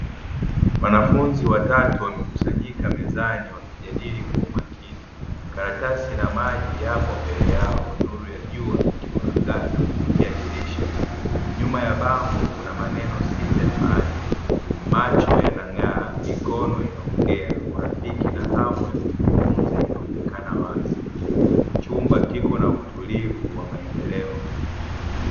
Wanafunzi watatu wamekusanyika mezani na kujadili kwa umakini, karatasi na maji yapo mbele yao, nuru ya jua ikiwaangaza kupitia dirisha, nyuma ya bango kuna maneno sita ya maadili "Macho yanang'ara, mikono inaongea, urafiki na hamu ya kujifunza inaonekana wazi" chumba kiko na utulivu wa maendeleo